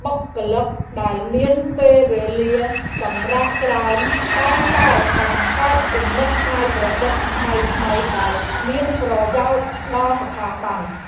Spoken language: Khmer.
បុគ្គលិកដែលមានពេលវេលាសម្រាកច្រើន តែងតែបង្កើតគំនិតច្នៃប្រឌិតថ្មីៗដែលមានប្រយោជន៍ដល់ស្ថាប័ន។